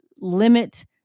limit